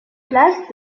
place